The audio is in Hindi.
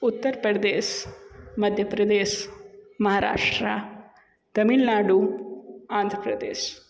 उत्तर प्रदेश मध्य प्रदेश महाराष्ट्र तमिल नाडु आंध्र प्रदेश